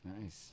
Nice